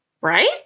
Right